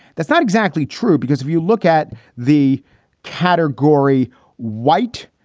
that's not exactly true, because if you look at the category white,